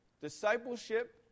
Discipleship